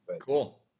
Cool